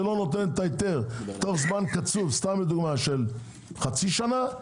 שלא נותנת את ההיתר תוך זמן קצוב - של חצי שנה,